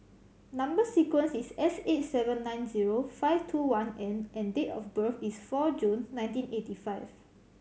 number sequence is S eight seven nine zero five two one N and date of birth is four June nineteen eighty five